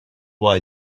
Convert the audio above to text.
why